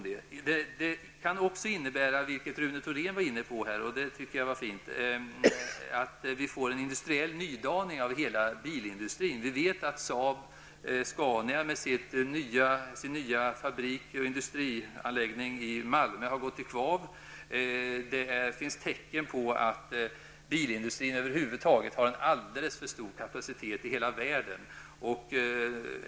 Detta system kan också ge upphov till en industriell nydaning av hela bilindustrin, vilket Rune Thorén nämnde. Vi vet att Saab Scanias nya industrianläggning i Malmö har gått i kvav. Det finns tecken på att bilindustrin över huvud taget har en alldeles för stor kapacitet i hela världen.